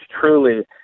truly